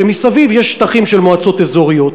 ומסביב יש שטחים של מועצות אזוריות.